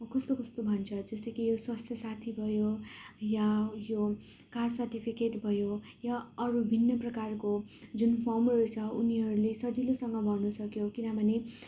कस्तो कस्तो भन्छ जस्तो कि स्वास्थ्य साथी भयो या यो कास्ट सार्टिफिकेट भयो या अरू भिन्न प्रकारको जुन फर्महरू छ उनीहरूले सजिलोसँग भर्नुसके किनभने